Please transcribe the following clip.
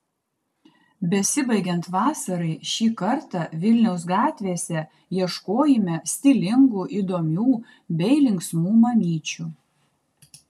besibaigiant vasarai šį kartą vilniaus gatvėse ieškojime stilingų įdomių bei linksmų mamyčių